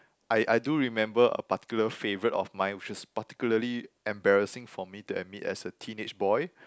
I I do remember a particular favourite of mine which is particularly embarrassing for me to admit as a teenage boy